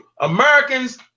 americans